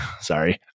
Sorry